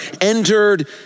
Entered